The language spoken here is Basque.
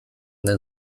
den